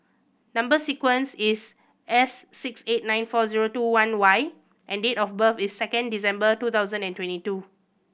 number sequence is S six eight nine four zero two one Y and date of birth is second December two thousand and twenty two